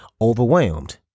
overwhelmed